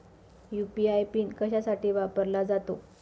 UPI PIN कशासाठी वापरला जातो?